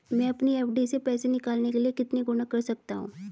मैं अपनी एफ.डी से पैसे निकालने के लिए कितने गुणक कर सकता हूँ?